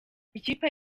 ikipe